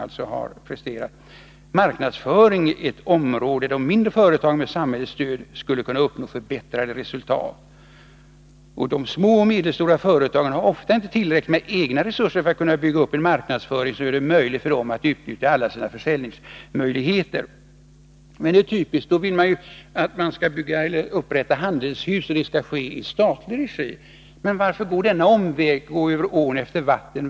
I motionen säger man: ”Marknadsföring är ett område där de mindre företagen med samhällets stöd skulle kunna uppnå förbättrade resultat. De små och medelstora företagen har ofta inte tillräckligt med egna resurser för att kunna bygga upp en marknadsföring som gör det möjligt för dem att utnyttja alla sina försäljningsmöjligheter.” Det är verkligen typiskt. Man vill alltså upprätta handelshus, och det skall ske i statlig regi. Men varför den omvägen? Varför gå över ån efter vatten?